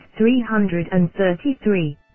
333